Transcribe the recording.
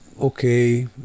Okay